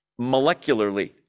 Molecularly